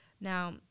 Now